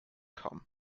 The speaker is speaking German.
kam